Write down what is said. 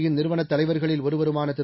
யின் நிறுவனத் தலைவர்களில் ஒருவருமான திரு